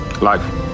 Life